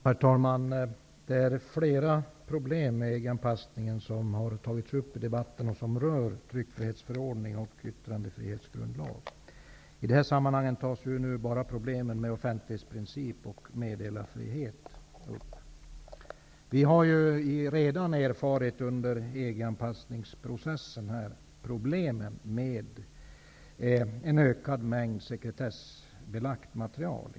Herr talman! Flera problem när det gäller EG anpassningen och som rör tryckfrihetsförordningen och yttrandefrihetsgrundlagen har tagits upp i debatten. I detta sammanhang tas bara problemen med offentlighetsprincipen och meddelarfriheten upp. Vi har under EG-anpassningsprocessen redan erfarit problemen med en ökad mängd sekretessbelagt material.